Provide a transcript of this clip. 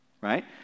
right